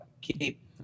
keep